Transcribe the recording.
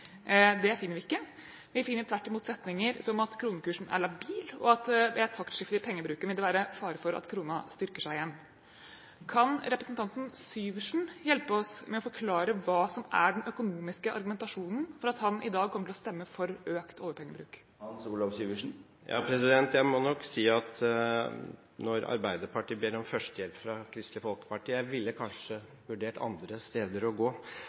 Den finner vi ikke. Vi finner tvert imot setninger som at kronekursen er labil, og at det ved et taktskifte i pengebruken vil være fare for at kronen styrker seg igjen. Kan representanten Syversen hjelpe oss med å forklare hva som er den økonomiske argumentasjonen for at han i dag kommer til å stemme for økt oljepengebruk? Jeg må si, når Arbeiderpartiet ber om førstehjelp fra Kristelig Folkeparti: Jeg ville nok vurdert å gå andre steder